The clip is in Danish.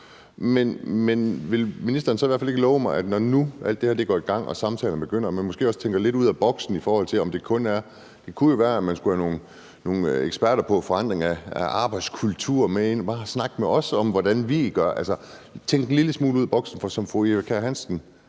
så i hvert fald ikke love mig, at man, når nu alt det her går i gang og samtalerne begynder, måske også tænker lidt ud af boksen, i forhold til at det jo kunne være, at man skulle have nogle eksperter i forandring af arbejdskultur ind og snakke med os om, hvordan vi gør. For som fru Eva Kjer Hansen